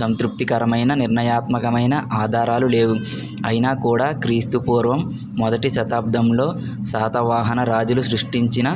సంతృప్తికరమైన నిర్ణయాత్మకమైన ఆధారాలు లేవు అయినా కూడా క్రీస్తూ పూర్వం మొదటి శతాబ్దంలో శాతవాహన రాజులు సృష్టించిన